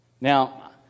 Now